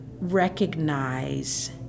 recognize